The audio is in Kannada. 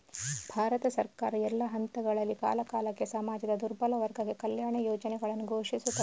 ಭಾರತ ಸರ್ಕಾರ, ಎಲ್ಲಾ ಹಂತಗಳಲ್ಲಿ, ಕಾಲಕಾಲಕ್ಕೆ ಸಮಾಜದ ದುರ್ಬಲ ವರ್ಗಕ್ಕೆ ಕಲ್ಯಾಣ ಯೋಜನೆಗಳನ್ನು ಘೋಷಿಸುತ್ತದೆ